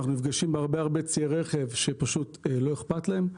אנחנו נפגשים בהרבה ציי רכב שפשוט לא אכפת להם.